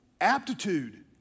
aptitude